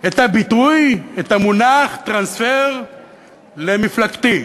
את הביטוי "טרנספר" למפלגתי.